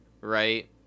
right